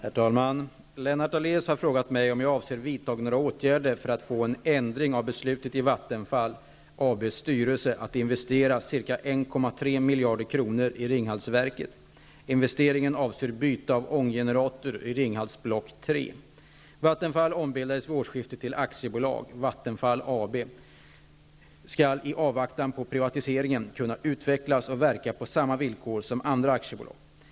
Herr talman! Lennart Daléus har frågat mig om jag avser att vidta några åtgärder för att få en ändring av beslutet i Vattenfall AB:s styrelse att investera ca 1,3 miljarder kronor i Ringhalsverket. Vattenfall AB skall -- i avvaktan på en privatisering -- kunna utvecklas och verka på samma villkor som andra aktiebolag.